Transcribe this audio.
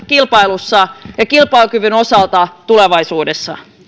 kilpailussa ja kilpailukyvyn osalta tulevaisuudessa